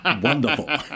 wonderful